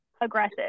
aggressive